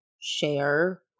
share